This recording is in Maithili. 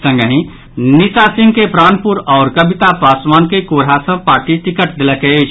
संगहि निशा सिंह के प्राणपुर आओर कबिता पासवान के कोढ़ा सॅ पार्टी टिकट देलक अछि